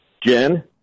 Jen